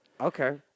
Okay